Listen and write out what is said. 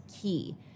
key